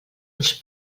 uns